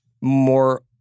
more